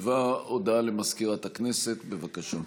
הודעה למזכירת הכנסת, בבקשה.